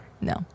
No